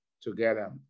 together